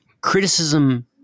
criticism